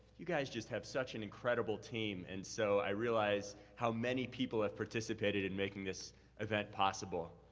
you guys just have such an incredible team. and so, i realize how many people have participated in making this event possible.